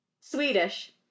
Swedish